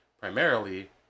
primarily